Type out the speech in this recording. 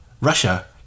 Russia